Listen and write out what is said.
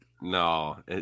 No